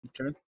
Okay